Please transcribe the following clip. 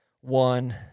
one